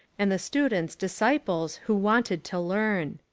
and the students disciples who wanted to learn.